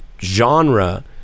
genre